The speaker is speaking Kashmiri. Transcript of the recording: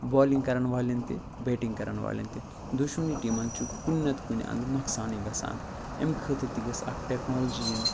بالِنٛگ کَرَن والٮ۪ن تہِ بیٹِنٛگ کَرَن والٮ۪ن تہِ دۄشوٕنی ٹیٖمَن چھِ کُنہِ نَتہٕ کُنہِ اَنٛدٕ نۄقصانٕے گژھان اَمہِ خٲطرٕ تہِ گٔژھ اَکھ ٹیکنالجی یِنۍ